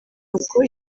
uko